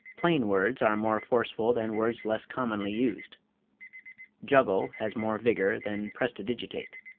plain words are more forceful than words less commonly used juggle has more vigor than prestidigitate.